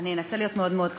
אני אנסה להיות מאוד מאוד קצרה.